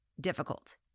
difficult